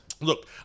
Look